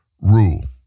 rule